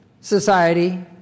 society